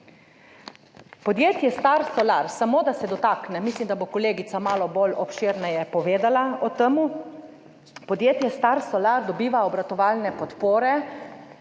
Podjetje Star Solar, samo da se dotaknem, mislim, da bo kolegica malo bolj obširneje povedala o tem, podjetje Star Solar dobiva obratovalne podpore